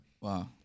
Wow